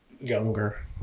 younger